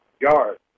yard